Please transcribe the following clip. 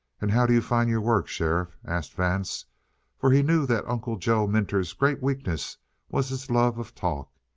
and how do you find your work, sheriff? asked vance for he knew that uncle joe minter's great weakness was his love of talk.